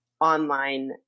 online